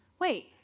wait